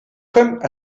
comme